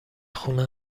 خونه